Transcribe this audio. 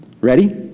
Ready